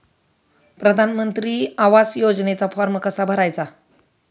प्रधानमंत्री आवास योजनेचा फॉर्म कसा भरायचा?